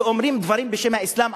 שאומרים דברים בשם האסלאם,